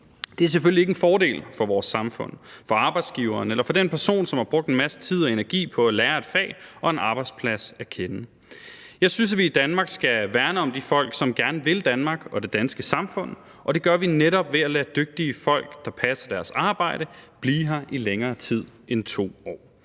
Det er selvfølgelig ikke en fordel for vores samfund, for arbejdsgiveren eller for den person, som har brugt en masse tid og energi på at lære et fag og en arbejdsplads at kende. Jeg synes, at vi i Danmark skal værne om de folk, som gerne vil Danmark og det danske samfund, og det gør vi netop ved at lade dygtige folk, der passer deres arbejde, blive her i længere tid end 2 år.